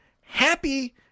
happy